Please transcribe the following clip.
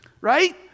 right